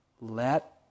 let